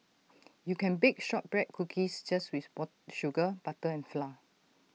you can bake Shortbread Cookies just with ball sugar butter and flour